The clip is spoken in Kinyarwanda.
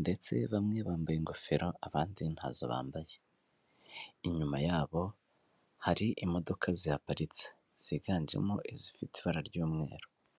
ndetse inyuma y'ubwo busitani hari inganda izo nganda zisize amabara y'umweru n'urundi rusize irangi ry'ibara ry'icyatsi ryerurutse izo nganda ziri ahitaruye.